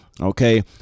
Okay